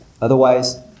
Otherwise